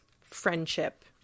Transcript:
friendship